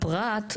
לפרט,